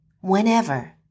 whenever